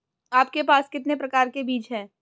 आपके पास कितने प्रकार के बीज हैं?